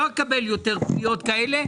לא אקבל יותר פניות כאלה.